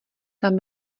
tam